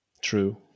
True